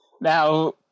Now